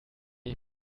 ich